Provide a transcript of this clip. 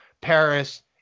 Paris